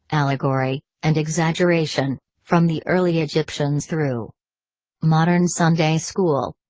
allegory, and exaggeration, from the early egyptians through modern sunday school.